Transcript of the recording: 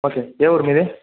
okay ఏ ఊరు మీది